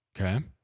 Okay